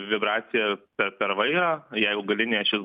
vibracija per per vairą jeigu galinė ašis